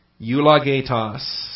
Eulogetos